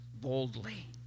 boldly